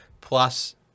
plus